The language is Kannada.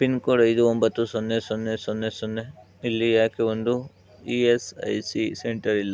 ಪಿನ್ ಕೋಡ್ ಐದು ಒಂಬತ್ತು ಸೊನ್ನೆ ಸೊನ್ನೆ ಸೊನ್ನೆ ಸೊನ್ನೆ ಇಲ್ಲಿ ಏಕೆ ಒಂದು E S I C centre E